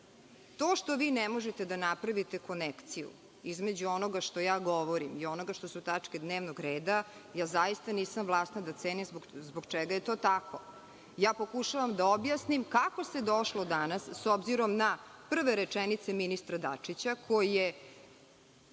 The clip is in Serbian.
To što vi ne možete da napravite konekciju između onoga što govorim i onoga što su tačke dnevnog reda, zaista nisam vlasna da cenim zbog čega je to tako. Pokušavam da objasnim kako se došlo danas, s obzirom na prve rečenice ministra Dačića koji je